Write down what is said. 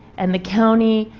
and the county,